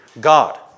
God